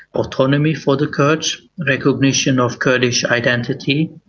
autonomy for the kurds, recognition of kurdish identity.